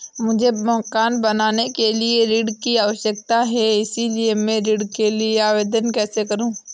मुझे मकान बनाने के लिए ऋण की आवश्यकता है इसलिए मैं ऋण के लिए आवेदन कैसे करूं?